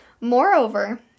Moreover